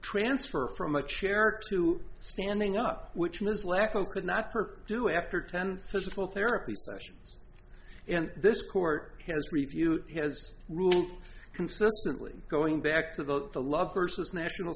transfer from a chair to standing up which miss wacko could not per do after ten physical therapy sessions and this court has reviewed has consistently going back to the the love versus national